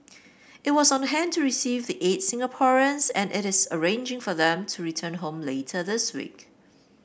it was on hand to receive the eight Singaporeans and it is arranging for them to return home later this week